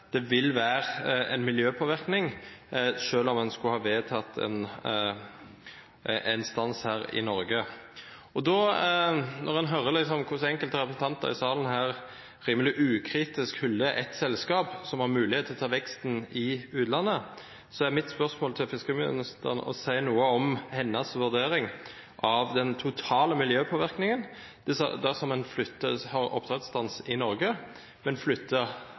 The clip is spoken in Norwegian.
det vil nok være en vekst i mengden oppdrett og en miljøpåvirkning selv om en skulle ha vedtatt en stans her i Norge. Når en hører hvordan enkelte representanter i salen her rimelig ukritisk hyller et selskap som har mulighet til å ta veksten i utlandet, så er mitt spørsmål til fiskeriministeren om hun kan si noe om hvordan hun vurderer den totale miljøpåvirkningen dersom en har oppdrettsstans i Norge, men flytter